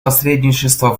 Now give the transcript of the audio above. посредничества